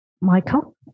Michael